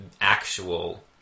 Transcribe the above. actual